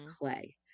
clay